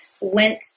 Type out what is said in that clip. went